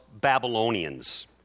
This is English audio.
Babylonians